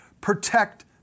protect